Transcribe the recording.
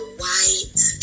white